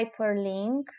hyperlink